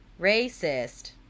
racist